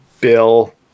bill